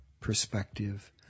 perspective